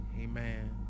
Amen